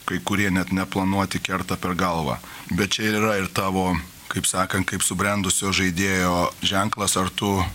kai kurie net neplanuoti kerta per galvą bet čia ir yra ir tavo kaip sakant kaip subrendusio žaidėjo ženklas ar tu